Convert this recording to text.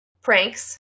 pranks